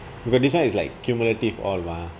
because this one is like cumulative all lah